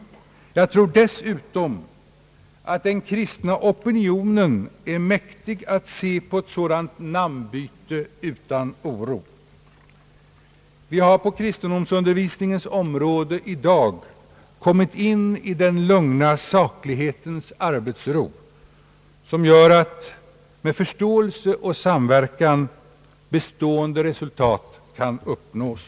Jag tror dessutom att den kristna opinionen är mäktig att se på ett sådant namnbyta utan oro. Vi har på kristendomsundervisningens område i dag kommit in i den lugna saklighetens arbetsro som gör att med förståelse och samverkan bestående resultat kan uppnås.